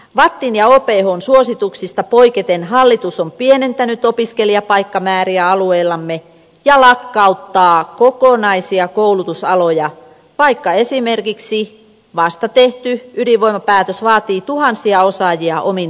vattin ja ophn suosituksista poiketen hallitus on pienentänyt opiskelijapaikkamääriä alueellamme ja lakkauttaa kokonaisia koulutusaloja vaikka esimerkiksi vasta tehty ydinvoimapäätös vaatii tuhansia osaajia omiin tarpeisiinsa